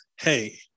hey